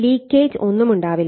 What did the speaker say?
leakage ഒന്നും ഉണ്ടാവില്ല